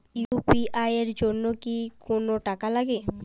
UPI এর জন্য কি কোনো টাকা লাগে?